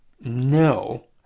no